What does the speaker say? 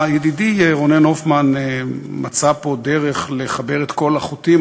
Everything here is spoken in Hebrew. ידידי רונן הופמן מצא פה דרך לחבר את כל החוטים.